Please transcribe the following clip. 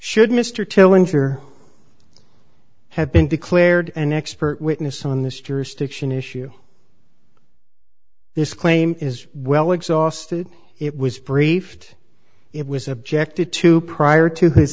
should mr till winter have been declared an expert witness on this jurisdiction issue this claim is well exhausted it was briefed it was objected to prior to his